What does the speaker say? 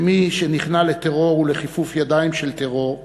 שמי שנכנע לטרור ולכיפוף ידיים של טרור,